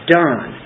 done